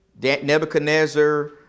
Nebuchadnezzar